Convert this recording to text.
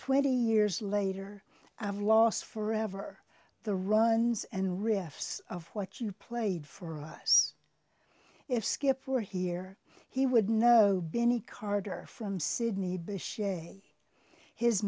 twenty years later and last forever the runs and riffs of what you played for us if skip were here he would know benny carter from sidney bis